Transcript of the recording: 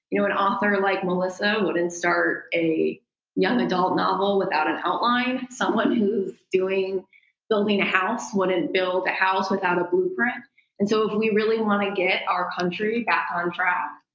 you know, an author like melissa wouldn't start a young adult novel without an outline someone who's doing building a house wouldn't build a house without a blueprint and so if we really want to get our country back on track,